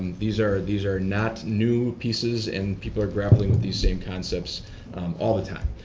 these are these are not new pieces and people are grappling with the same concepts all the time.